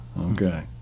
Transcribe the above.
Okay